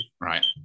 right